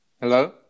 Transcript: Hello